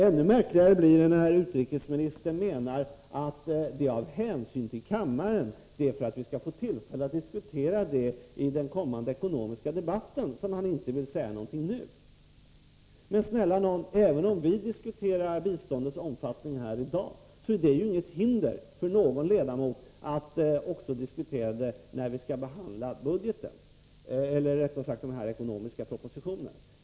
Ännu märkligare blir det när utrikesministern menar att det är av hänsyn till kammaren, för att vi skall få tillfälle att diskutera frågan i den kommande ekonomiska debatten, som han inte vill säga någonting nu. Men snälla nån! Även om vi diskuterar biståndets omfattning här i dag är det inget hinder för någon ledamot att ta upp detta också när vi skall behandla den ekonomiska propositionen.